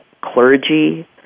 clergy